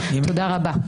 תודה רבה.